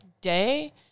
day